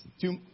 Two